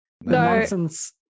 nonsense